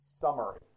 Summary